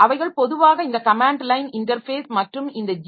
அவைகள் பொதுவாக இந்த கமேன்ட் லைன் இன்டர்ஃபேஸ் மற்றும் இந்த ஜி